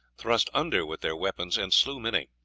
thrust under with their weapons and slew many.